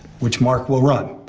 which mark will run.